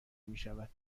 میشود